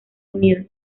unidos